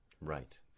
Right